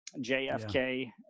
JFK